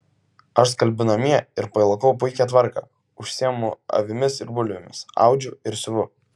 aš skalbiu namie ir palaikau puikią tvarką užsiimu avimis ir bulvėmis audžiu ir siuvu